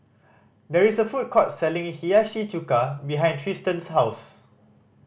there is a food court selling Hiyashi Chuka behind Trystan's house